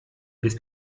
bis